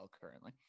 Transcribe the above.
currently